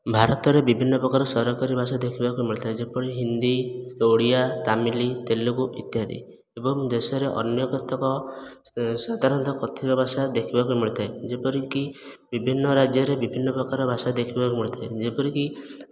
ଭାରତରେ ବିଭିନ୍ନ ପ୍ରକାର ସରକାରୀ ଭାଷା ଦେଖିବାକୁ ମିଳିଥାଏ ଯେପରି ହିନ୍ଦୀ ଓଡ଼ିଆ ତାମିଲ ତେଲୁଗୁ ଇତ୍ୟାଦି ଏବଂ ଦେଶରେ ଅନ୍ୟ କେତେକ ସାଧାରଣତଃ କଥିତ ଭାଷା ଦେଖିବାକୁ ମିଳିଥାଏ ଯେପରିକି ବିଭିନ୍ନ ରାଜ୍ୟରେ ବିଭିନ୍ନ ପ୍ରକାର ଭାଷା ଦେଖିବାକୁ ମିଳିଥାଏ ଯେପରିକି